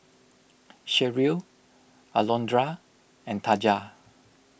Sherrill Alondra and Taja